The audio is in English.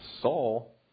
Saul